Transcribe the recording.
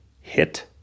hit